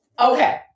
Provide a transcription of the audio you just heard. Okay